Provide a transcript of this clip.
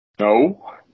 No